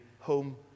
Home